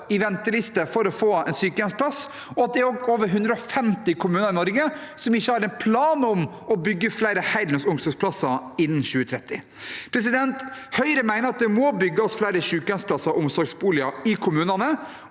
på venteliste for å få sykehjemsplass, og at det er over 150 kommuner i Norge som ikke har en plan om å bygge flere heldøgns omsorgsplasser innen 2030. Høyre mener at det må bygges flere sykehjemsplasser og omsorgsboliger i kommunene,